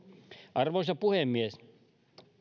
arvoisa puhemies